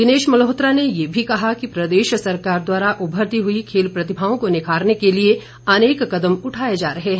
दिनेश मल्होत्रा ने ये भी कहा कि प्रदेश सरकार द्वारा उमरती हुई खेल प्रतिभाओं को निखारने के लिए अनेक कदम उठाए जा रहे हैं